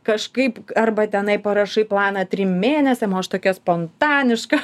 kažkaip arba tenai parašai planą trim mėnesiam o aš tokia spontaniška